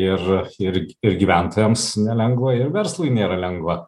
ir ir ir gyventojams nelengva ir verslui nėra lengva